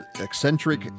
eccentric